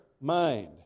mind